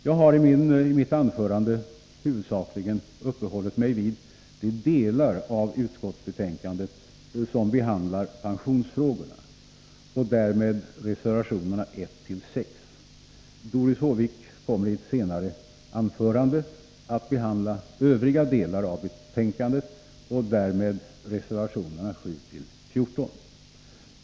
Jag har i mitt anförande huvudsakligen uppehållit mig vid de delar av utskottsbetänkandet som behandlar pensionsfrågorna och därmed reservationerna 1-6. Doris Håvik kommer i ett senare anförande att behandla övriga delar av betänkandet och därmed reservationerna 7-14.